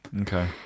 Okay